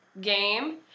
game